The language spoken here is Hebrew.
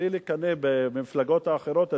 בלי לקנא במפלגות האחרות,